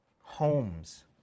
homes